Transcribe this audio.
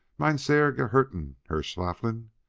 meine sehr geehrten herrschaften!